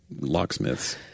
locksmiths